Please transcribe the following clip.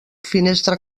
finestra